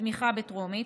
תמיכה בטרומית,